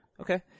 Okay